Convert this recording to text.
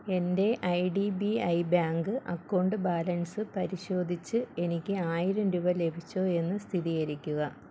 എൻ്റെ I D B I bank account balance പരിശോധിച്ച് എനിക്ക് ആയിരം രൂപ ലഭിച്ചോ എന്ന് സ്ഥിരീകരിക്കുക